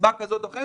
מסיבה כזו או אחרת,